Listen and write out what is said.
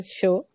show